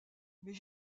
mais